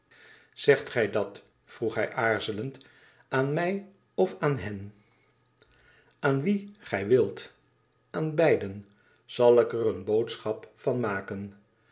zegt gij dat vroeg hij aarzelend aan mij of aan hen aan wie gij wilt f aan beiden zal ik er eene boodschap van maken